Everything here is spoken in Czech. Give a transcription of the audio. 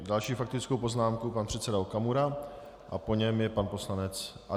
Další faktickou poznámku pan předseda Okamura a po něm je pan poslanec Adam.